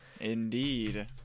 Indeed